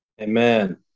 Amen